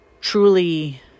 truly